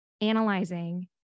analyzing